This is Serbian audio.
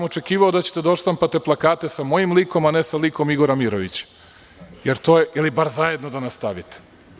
Očekivao sam da ćete da odštampate plakate sa mojim likom, a ne sa likom Igora Mirovića ili bar zajedno da nas stavite.